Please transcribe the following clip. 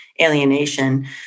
alienation